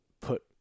put